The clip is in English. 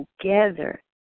together